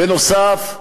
בנוסף,